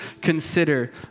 consider